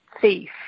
thief